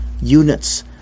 units